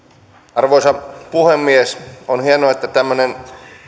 arvoisa puhemies on hienoa että tämmöinen